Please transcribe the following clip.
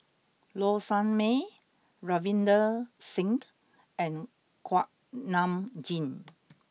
Low Sanmay Ravinder Singh and Kuak Nam Jin